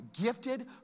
gifted